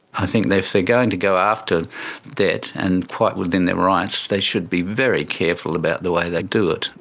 i think if they're going to go after debt, and quite within their rights, they should be very careful about the way they do it.